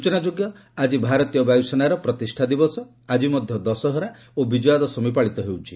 ସ୍ଚନା ଯୋଗ୍ୟ ଯେ ଆଜି ଭାରତୀୟ ବାୟସେନାର ପ୍ରତିଷ୍ଠା ଦିବସ ଆକ୍ଟି ମଧ୍ୟ ଦଶହରା ଓ ବିଜୟାଦଶମୀ ପାଳିତ ହେଉଛି